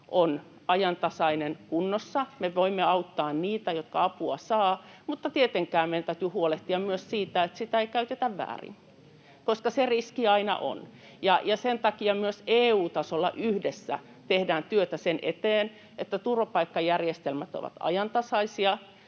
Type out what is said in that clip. on ajantasainen ja kunnossa ja että me voimme auttaa niitä, jotka apua tarvitsevat, mutta tietenkin meidän täytyy huolehtia myös siitä, että sitä ei käytetä väärin, koska se riski aina on. Sen takia myös EU-tasolla yhdessä tehdään työtä sen eteen, että turvapaikkajärjestelmät ovat ajantasaisia,